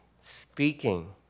speaking